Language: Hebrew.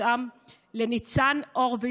וגם לניצן הורוביץ,